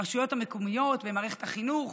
ברשויות המקומיות, במערכת החינוך,